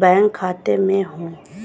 bank खाते में हो